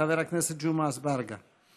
חבר הכנסת ג'מעה אזברגה.